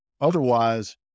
Otherwise